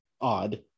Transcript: odd